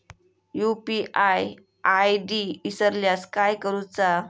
UPI ID इसरल्यास काय करुचा?